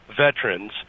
veterans